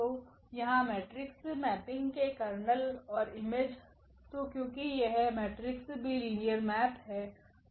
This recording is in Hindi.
तो यहां मेट्रिक्स मैपिंग के कर्नेल और इमेज तो क्योंकियह मेट्रिक्स भी लिनियर मेप 0हैं